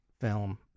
film